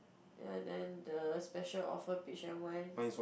ya then the special page and wine